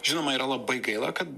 žinoma yra labai gaila kad